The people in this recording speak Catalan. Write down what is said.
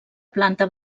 planta